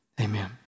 Amen